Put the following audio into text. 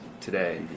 today